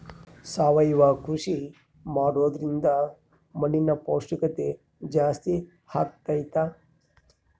ಸಾವಯವ ಕೃಷಿ ಮಾಡೋದ್ರಿಂದ ಮಣ್ಣಿನ ಪೌಷ್ಠಿಕತೆ ಜಾಸ್ತಿ ಆಗ್ತೈತಾ?